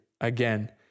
again